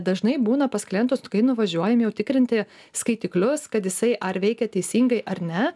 dažnai būna pas klientus kai nuvažiuojam jau tikrinti skaitiklius kad jisai ar veikė teisingai ar ne